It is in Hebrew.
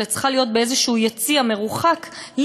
אלא היא צריכה להיות ביציע מרוחק כלשהו,